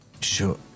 Sure